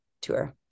tour